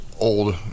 old